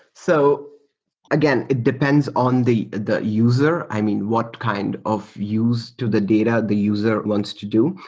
so again, it depends on the the user. i mean, what kind of use to the data the user wants to do.